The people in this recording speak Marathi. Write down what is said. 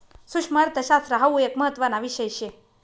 सुक्ष्मअर्थशास्त्र हाउ एक महत्त्वाना विषय शे